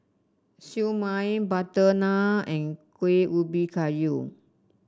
Siew Mai butter naan and Kuih Ubi Kayu